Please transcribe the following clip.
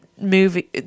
movie